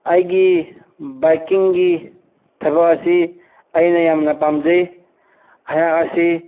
ꯑꯩꯒꯤ ꯕꯥꯏꯛꯀꯤꯡꯒꯤ ꯊꯕꯛ ꯑꯁꯤ ꯑꯩꯅ ꯌꯥꯝꯅ ꯄꯥꯝꯖꯩ ꯑꯩꯍꯥꯛ ꯑꯁꯤ